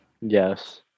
Yes